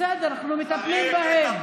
בסדר, אנחנו מטפלים בהם.